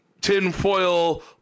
tinfoil